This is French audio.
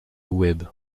web